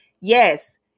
yes